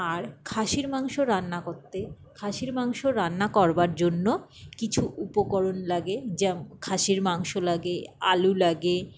আর খাসীর মাংস রান্না করতে খাসীর মাংস রান্না করবার জন্য কিছু উপকরণ লাগে যেমন খাসীর মাংস লাগে আলু লাগে